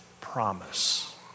promise